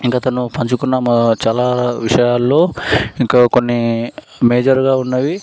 ఇంకా తను పంచుకున్న చాలా విషయాల్లో ఇంకా కొన్ని మేజర్గా ఉన్నవి